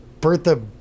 Bertha